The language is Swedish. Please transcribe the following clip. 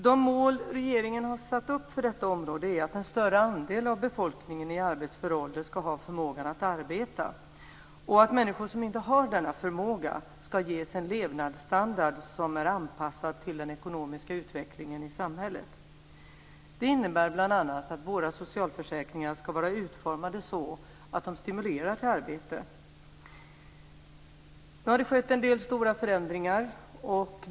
De mål regeringen har satt upp för detta område är att en större andel av befolkningen i arbetsför ålder ska ha förmågan att arbeta och att människor som inte har denna förmåga ska ges en levnadsstandard som är anpassad till den ekonomiska utvecklingen i samhället. Det innebär bl.a. att våra socialförsäkringar ska vara utformade så att de stimulerar till arbete. Nu har det skett en del stora förändringar.